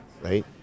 right